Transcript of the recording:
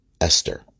Esther